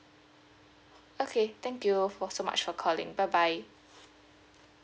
okay thank you for so much for calling bye bye